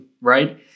right